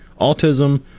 autism